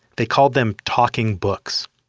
they called them talking books.